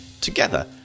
together